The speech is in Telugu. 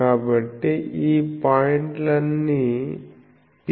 కాబట్టి ఈ పాయింట్లన్నీ P